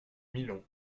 milan